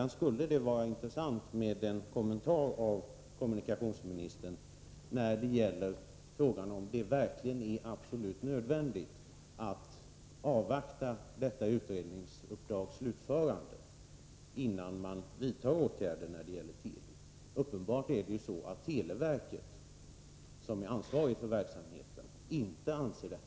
Det skulle vara intressant med en kommentar av kommunikationsministern till frågan om det verkligen är absolut nödvändigt att avvakta detta utredningsuppdrags slutförande innan man vidtar åtgärder beträffande Teli. Det är uppenbart så att televerket, som är ansvarigt för verksamheten, inte anser detta.